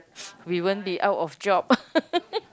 we won't be out of job